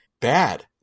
bad